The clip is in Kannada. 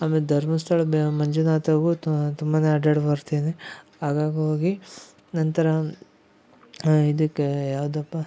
ಆಮೇಲೆ ಧರ್ಮಸ್ಥಳ ಮಂಜುನಾಥಗು ತುಂಬಾನೇ ಅಡ್ಡಾಡಿ ಬರ್ತೇನೆ ಆಗಾಗ ಹೋಗಿ ನಂತರ ಇದಕ್ಕೆ ಯಾವುದಪ್ಪ